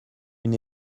une